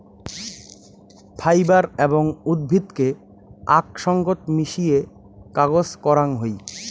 fibre এবং উদ্ভিদকে আক সঙ্গত মিশিয়ে কাগজ করাং হই